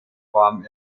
form